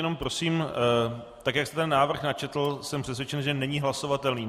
Jenom prosím, jak jste návrh načetl, jsem přesvědčen, že není hlasovatelný.